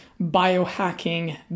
biohacking